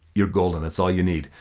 you're golden, that's all you need.